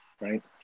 right